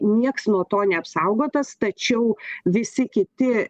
nieks nuo to neapsaugotas tačiau visi kiti